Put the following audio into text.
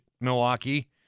Milwaukee